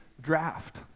draft